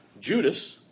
Judas